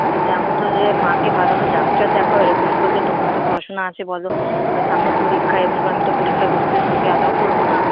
তো তেমন হলে মাকে ভালো করে ডাক্তার দেখাও এরকম করলে তোমারও তো পড়াশোনা আছে বলো সামনে পরীক্ষা এরকম করে আমি তো পরীক্ষায় বসতে তোমাকে অ্যালাও করব না